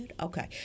Okay